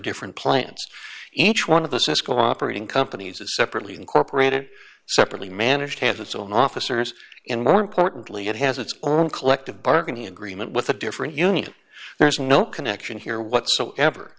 different plants each one of the cisco operating companies is separately incorporated separately managed has its own officers and more importantly it has its own collective bargaining agreement with the different unions there's no connection here whatsoever